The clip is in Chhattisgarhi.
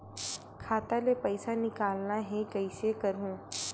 खाता ले पईसा निकालना हे, कइसे करहूं?